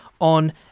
on